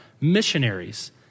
Missionaries